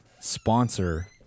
Sponsor